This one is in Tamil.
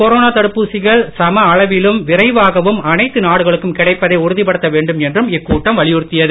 கொரோனா தடுப்பூசிகள் விரைவாகவும் அனைத்து நாடுகளுக்கும் கிடைப்பதை உறுதிப்படுத்த வேண்டும் என்றும் இக்கூட்டம் வலியுறுத்தியது